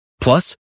Plus